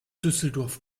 düsseldorf